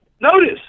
notice